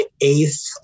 eighth